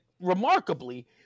remarkably